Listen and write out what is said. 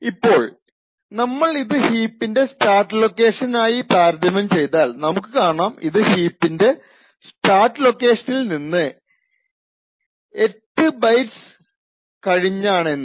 ഇപ്പോൾ നമ്മൾ ഇത് ഹീപ്പിന്റെ സ്റ്റാർട്ട് ലൊക്കേഷൻ ആയി താരതമ്യം ചെയ്താൽ നമുക്ക് കാണാം ഇത് ഹീപ്പിന്റെ സ്റ്റാർട്ട് ലൊക്കേഷനിൽ നിന്ന് 8 ബൈറ്റ്സ് കഴിഞ്ഞാണെന്ന്